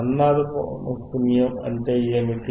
అనునాద పౌనఃపున్యం అంటే ఏమిటి